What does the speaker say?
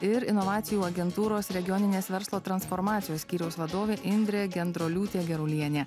ir inovacijų agentūros regioninės verslo transformacijos skyriaus vadovė indrė gendroliūtė gerulienė